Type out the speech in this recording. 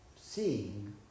seeing